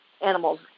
animals